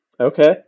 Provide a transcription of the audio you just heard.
Okay